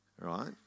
Right